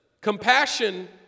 compassion